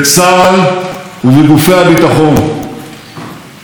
השב"כ, הוועדה לאנרגיה אטומית.